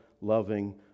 loving